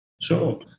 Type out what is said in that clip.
Sure